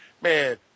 Man